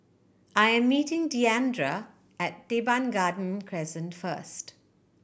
I am meeting Diandra at Teban Garden Crescent first